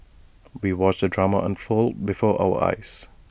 we watched the drama unfold before our eyes